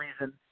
reason